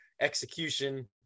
execution